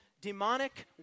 demonic